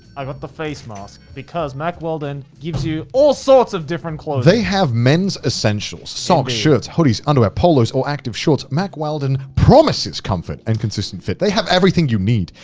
i've got the face mask because mack weldon gives you all sorts of different clothes. they have men's essential socks, shirts, hoodies, underwear, polos, or active shorts. mack weldon, promises, comfort, and consistent fit. they have everything you need.